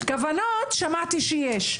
כוונות - שמעתי שיש.